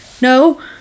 no